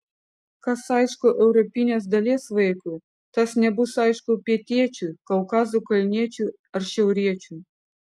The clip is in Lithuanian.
kas aišku europinės dalies vaikui tas nebus aišku pietiečiui kaukazo kalniečiui ar šiauriečiui